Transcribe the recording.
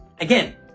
Again